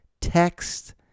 text